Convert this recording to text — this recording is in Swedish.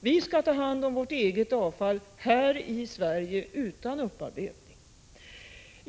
Vi skall ta hand om vårt eget avfall här i Sverige, utan upparbetning.